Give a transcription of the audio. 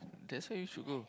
that's why you should go